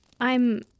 I'm